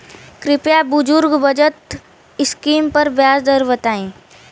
कृपया बुजुर्ग बचत स्किम पर ब्याज दर बताई